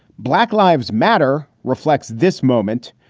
black lives matter reflects this moment,